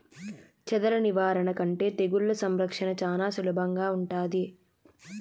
చెదల నివారణ కంటే తెగుళ్ల సంరక్షణ చానా సులభంగా ఉంటాది